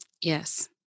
Yes